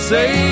Say